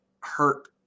hurt